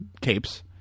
capes